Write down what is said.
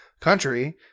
country